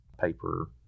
paper